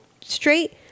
straight